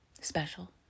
special